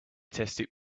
tasted